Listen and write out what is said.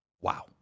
Wow